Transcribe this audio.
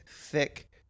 thick